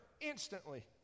instantly